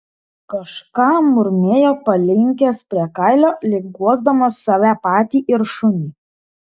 kažką murmėjo palinkęs prie kailio lyg guosdamas save patį ir šunį